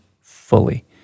fully